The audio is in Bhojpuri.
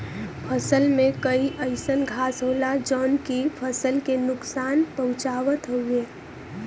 फसल में कई अइसन घास होला जौन की फसल के नुकसान पहुँचावत हउवे